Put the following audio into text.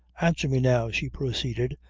answer me now, she proceeded,